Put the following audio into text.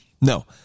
No